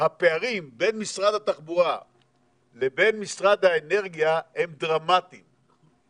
הפערים בין משרד התחבורה לבין משרד האנרגיה הם דרמטיים,